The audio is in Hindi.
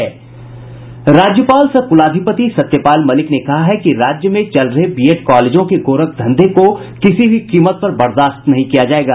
राज्यपाल सह कुलाधिपति सत्यपाल मलिक ने कहा है कि राज्य में चल रहे बीएड़ कॉलेजों के गोरखधंधे को किसी भी कीमत पर बर्दाश्त नहीं किया जायेगा